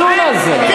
נכון.